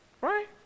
Right